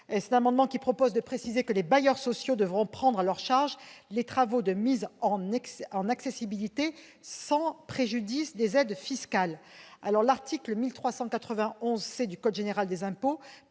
L'amendement n° 881 vise à préciser que les bailleurs sociaux devront prendre à leur charge les travaux de mise en accessibilité, sans préjudice des aides fiscales. L'article 1391 C du code général des impôts